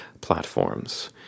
platforms